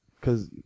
cause